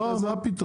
לא, מה פתאום